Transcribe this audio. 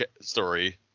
story